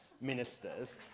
ministers